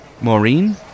Maureen